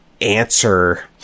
answer